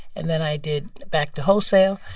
and then i did back to wholesale.